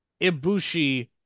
Ibushi